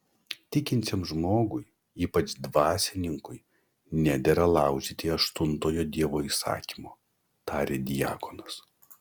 tikinčiam žmogui ypač dvasininkui nedera laužyti aštuntojo dievo įsakymo tarė diakonas